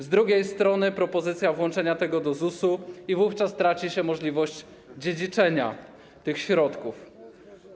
Z drugiej strony, pojawiła się propozycja włączenia tego do ZUS-u i wówczas traci się możliwość dziedziczenia tych środków.